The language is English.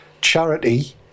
charity